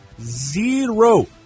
Zero